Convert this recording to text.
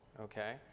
okay